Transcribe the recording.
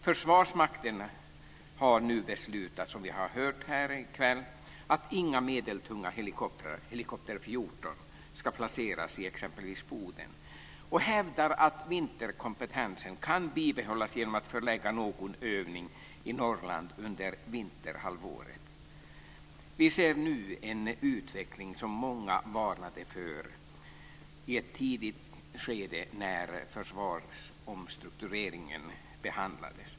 Försvarsmakten har nu beslutat, som vi har hört i kväll, att inga medeltunga helikoptrar, helikopter 14, ska placeras i exempelvis Boden och hävdar att vinterkompetensen kan bibehållas genom att förlägga någon övning i Norrland under vinterhalvåret. Vi ser nu en utveckling som många varnade för i ett tidigt skede när försvarsomstruktureringen behandlades.